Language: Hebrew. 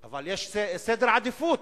אבל יש סדר עדיפויות.